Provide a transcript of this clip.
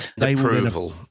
Approval